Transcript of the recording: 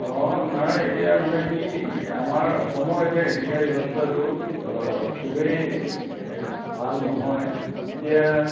অ নাই এতিয়া মানে কি আমাৰ অসমৰ এতিয়া শিক্ষা ব্যৱস্থাটো খুবেই ভাল নহয় এতিয়া